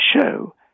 show